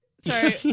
Sorry